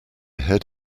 head